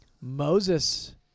moses